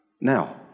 Now